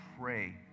pray